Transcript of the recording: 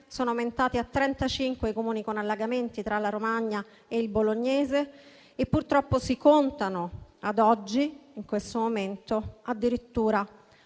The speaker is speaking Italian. sono aumentati a 35 i Comuni con allagamenti tra la Romagna e il bolognese. Purtroppo si contano in questo momento addirittura